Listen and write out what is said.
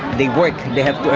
they work, they have